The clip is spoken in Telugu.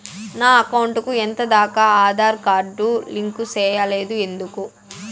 నా అకౌంట్ కు ఎంత దాకా ఆధార్ కార్డు లింకు సేయలేదు ఎందుకు